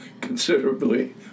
considerably